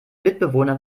mitbewohner